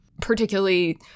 particularly